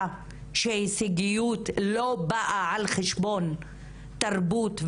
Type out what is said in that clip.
שהישגיות לא באה על חשבון תרבות,